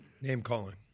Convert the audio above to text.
Name-calling